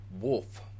wolf